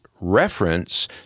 reference